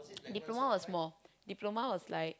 diploma was more diploma was like